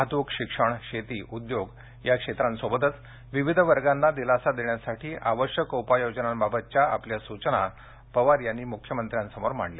वाहतूक शिक्षण शेती उद्योग क्षेत्रासोबतच विविध वर्गांना दिलासा देण्यासाठी आवश्यक उपाययोजनांबाबतच्या आपल्या सूचना पवार यांनी मुख्यमंत्र्यांसमोर मांडल्या